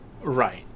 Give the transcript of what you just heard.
Right